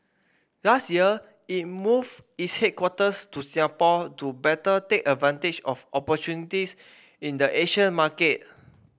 last year it moved its headquarters to Singapore to better take advantage of opportunities in the Asian market